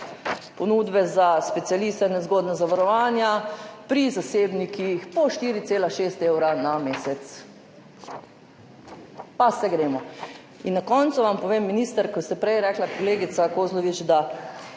Ponudbe za specialiste in nezgodna zavarovanja pri zasebnikih po 4,6 evra na mesec. Pa se gremo. Na koncu vam povem, minister, ko ste prej rekli, kolegica Kozlovič, da